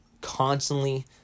constantly